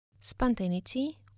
Spontaneity